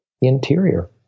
interior